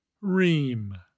ream